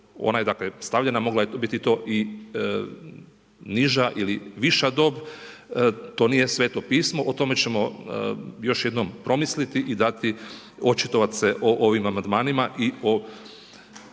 dakle stavljena a mogla je biti to i niža ili viša dob, to nije Sveto Pismo, o tome ćemo još jednom promisliti i dati, očitovati se o ovim amandmanima i o